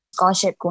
Scholarship